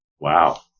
Wow